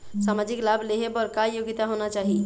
सामाजिक लाभ लेहे बर का योग्यता होना चाही?